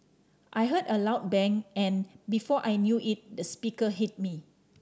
I heard a loud bang and before I knew it the speaker hit me